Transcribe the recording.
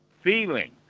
feeling